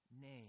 name